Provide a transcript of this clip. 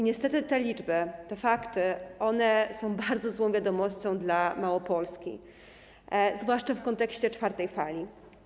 Niestety te liczby, te fakty są bardzo złą wiadomością dla Małopolski, zwłaszcza w kontekście czwartej fali.